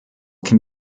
can